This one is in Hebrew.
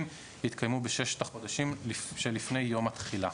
התקיימו בששת החודשים שלפני יום התחילה.